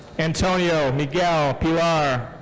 antonio miguel pilar.